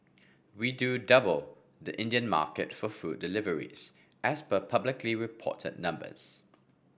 we do double the Indian market for food deliveries as per publicly reported numbers